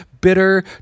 bitter